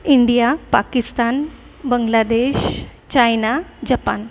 India Pakistan Bangladesh China Japan